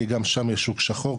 כי גם שם יש שוק שחור,